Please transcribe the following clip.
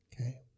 Okay